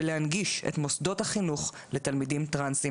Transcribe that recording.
ולהנגיש את מוסדות החינוך לתלמידים טרנסים